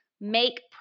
make